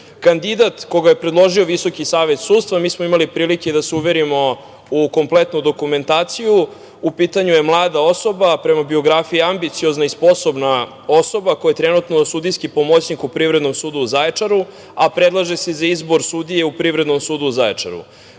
stranke. Kandidat koga je predložio Visoki savet sudstva, mi smo imali prilike da se uverimo u kompletnu dokumentaciju, u pitanju je mlada osoba, prema biografiji ambiciozna i sposobna osoba koja je trenutno sudijski pomoćnik u Privrednom sudu u Zaječaru, a predlaže se za izbor sudije u Privrednom sudu u Zaječaru.